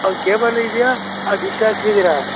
ಅಲ್ಲ ಕೇಬಲ್ ಇದೆಯಾ ಡಿಶ್ ಹಾಕ್ಸಿದೀರಾ